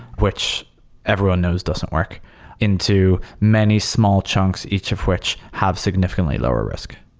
which everyone knows doesn't work into many small chunks, each of which have significantly lower risk.